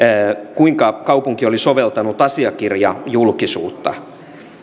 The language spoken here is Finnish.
kuinka kaupunki oli soveltanut asiakirjajulkisuutta